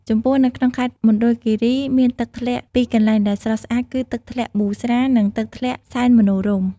ចំពោះនៅក្នុងខេត្តមណ្ឌលគិរី មានទឹកធ្លាក់ពីរកន្លែងដែលស្រស់ស្អាតគឺ ទឹកធ្លាក់ប៊ូស្រា និងទឹកធ្លាក់សែនមនោរម្យ។